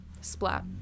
Splat